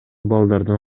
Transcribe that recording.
балдардын